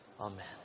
Amen